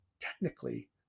technically